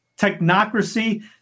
technocracy